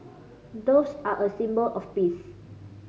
doves are a symbol of peace